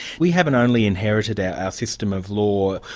we haven't only inherited our ah system of law,